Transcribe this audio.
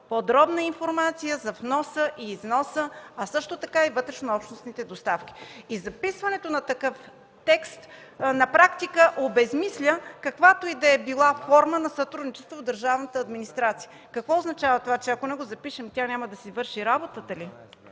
подробна информация за вноса и износа, а също така и вътрешнообщностните доставки. Записването на такъв текст на практика обезсмисля каквато и да е форма на сътрудничество в държавната администрация. Какво означава това, че ако не го запишем, тя няма да си върши работата ли?!